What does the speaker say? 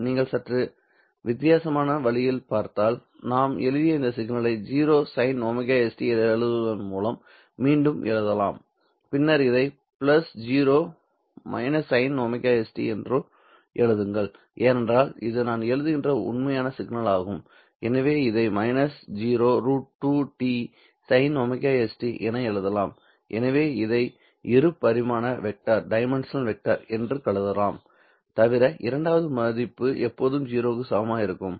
நீங்கள் சற்று வித்தியாசமான வழியில் பார்த்தால் நாம் எழுதிய இந்த சிக்னலை 0 sinωst எழுதுவதன் மூலமும் மீண்டும் எழுதலாம்பின்னர் இதை 0 sinωst என்றும் எழுதுங்கள் ஏனென்றால் இது நான் எழுதுகின்ற உண்மையான சிக்னல் ஆகும் எனவே இதை 0√2T sinωst என எழுதலாம் எனவே இதை இரு பரிமாண வெக்டர் என்று கருதலாம் தவிர இரண்டாவது மதிப்பு எப்போதும் 0 க்கு சமமாக இருக்கும்